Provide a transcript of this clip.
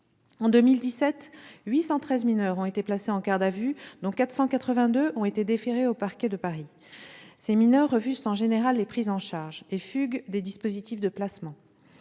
dernier, 813 mineurs ont été placés en garde à vue, dont 482 ont été déférés au parquet. Ces mineurs refusent en général les prises en charge et fuguent des dispositifs de placement.